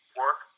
work